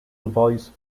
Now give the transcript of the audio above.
voice